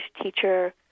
teacher